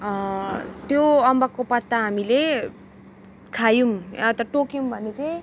त्यो अम्बकको पत्ता हामीले खायौँ या त टोक्यौँ भने चाहिँ